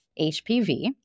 HPV